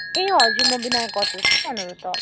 ए हजुर म बिनायक होटेल को त